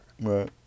Right